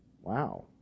Wow